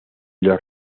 los